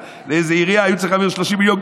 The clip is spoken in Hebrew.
לאיזו עירייה היה צריך להעביר 30 מיליון,